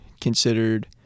considered